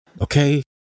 okay